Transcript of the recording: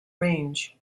range